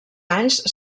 anys